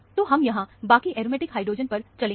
तो हम यहां बाकी एरोमेटिक हाइड्रोजन पर चलेंगे